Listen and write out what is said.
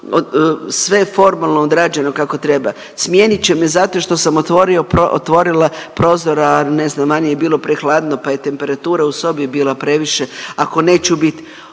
je formalno odrađeno kako treba, smijenit će me zato što sam otvorio, otvorila prozor, a ne znam vani je bilo prehladno pa je temperatura u sobi bila previše ako neću biti